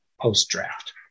post-draft